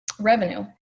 revenue